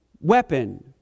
weapon